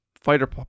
fighter